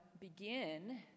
begin